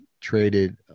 traded